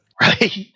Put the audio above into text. Right